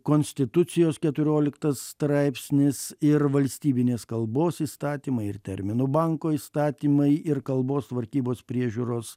konstitucijos keturioliktas straipsnis ir valstybinės kalbos įstatymai ir terminų banko įstatymai ir kalbos tvarkybos priežiūros